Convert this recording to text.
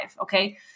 Okay